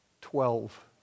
Twelve